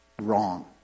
wrong